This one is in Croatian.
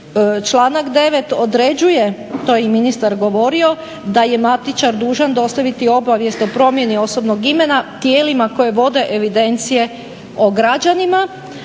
Članak 9. određuje, to je i ministar govorio, da je matičar dužan dostaviti obavijest o promjeni osobnog imena tijelima koja vode evidencije o građanima,